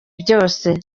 byose